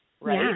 right